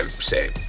say